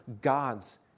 God's